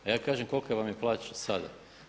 A ja kažem kolika vam je plaća sada?